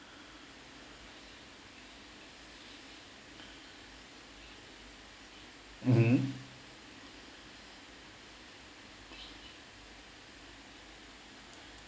mmhmm